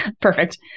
Perfect